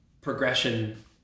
progression